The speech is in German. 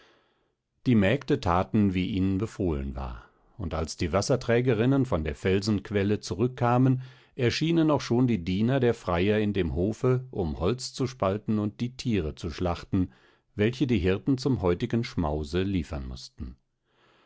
die mägde thaten wie ihnen befohlen war und als die wasserträgerinnen von der felsenquelle zurückkamen erschienen auch schon die diener der freier in dem hofe um holz zu spalten und die tiere zu schlachten welche die hirten zum heutigen schmause liefern mußten